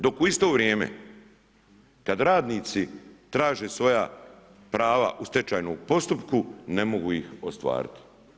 Dok u isto vrijeme kad radnici traže svoja prava u stečajnom postupku, ne mogu ih ostvariti.